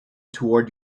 toward